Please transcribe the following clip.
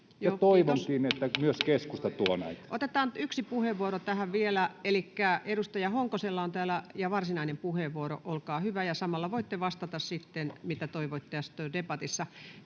Time: 10:06 Content: Otetaan yksi puheenvuoro tähän vielä. Elikkä edustaja Honkosella on täällä varsinainen puheenvuoro, olkaa hyvä, ja samalla voitte vastata sitten, mitä toivoitte debatissa.